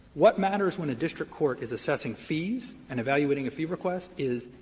what matters when a district court is assessing fees and evaluating a fee request is,